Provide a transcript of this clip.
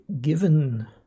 given